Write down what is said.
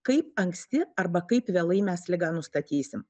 kaip anksti arba kaip vėlai mes ligą nustatysim